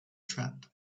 trap